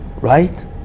right